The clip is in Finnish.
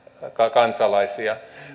kansalaisia